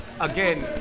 again